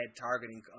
targeting